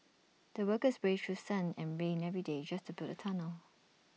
the workers braved through sun and rain every day just to build the tunnel